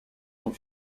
sont